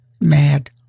mad